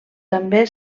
també